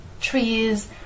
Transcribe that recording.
trees